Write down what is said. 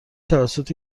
توسط